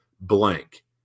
blank